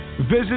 Visit